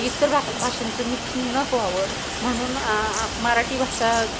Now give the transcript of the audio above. इतर रा भाषेंचं मिक्सिंग न व्हावं म्हणून मराठी भाषा